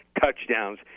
touchdowns